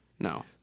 No